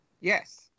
Yes